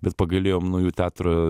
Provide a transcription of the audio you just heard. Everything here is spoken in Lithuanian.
bet pagailėjom naujų teatro